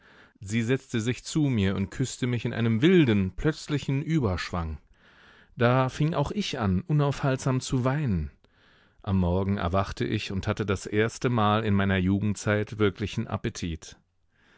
sie setzte sich zu mir und küßte mich in einem wilden plötzlichen überschwang da fing auch ich an unaufhaltsam zu weinen am morgen erwachte ich und hatte das erstemal in meiner jugendzeit wirklichen appetit